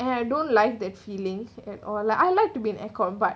and I don't like that feeling at all like I like to be in air con but